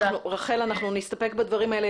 רחל, אנחנו נסתפק בדברים האלה.